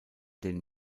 den